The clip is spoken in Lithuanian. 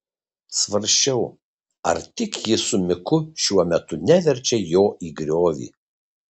svarsčiau ar tik ji su miku šiuo metu neverčia jo į griovį